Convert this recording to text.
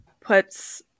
puts